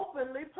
openly